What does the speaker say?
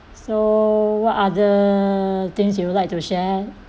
so what other things you would like to share